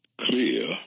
clear